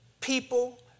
people